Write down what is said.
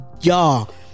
y'all